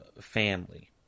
family